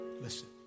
listen